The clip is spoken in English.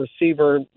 receiver